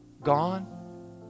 gone